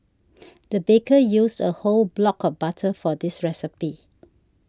the baker used a whole block of butter for this recipe